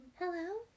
Hello